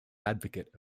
advocate